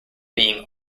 being